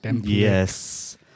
yes